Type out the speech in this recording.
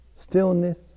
stillness